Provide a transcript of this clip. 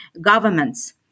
governments